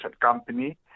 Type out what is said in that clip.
company